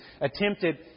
attempted